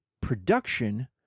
production